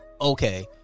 Okay